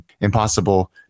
impossible